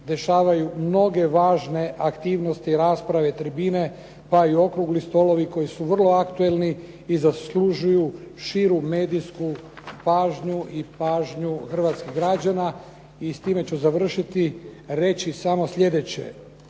dešavaju mnoge važne aktivnosti i rasprave i tribine, kao i okrugli stolovi koji su vrlo aktualni i zaslužuju širu medijsku pažnju i pažnju hrvatskih građana. I s time ću završiti, reći samo sljedeće.